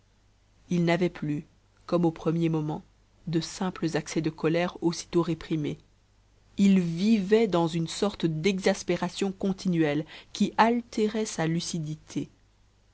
il n'avait plus comme aux premiers moments de simples accès de colère aussitôt réprimés il vivait dans une sorte d'exaspération continuelle qui altérait sa lucidité